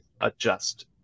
adjust